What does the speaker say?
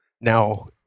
now